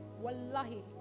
wallahi